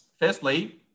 firstly